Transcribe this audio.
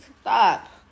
Stop